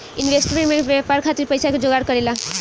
investment bank व्यापार खातिर पइसा के जोगार करेला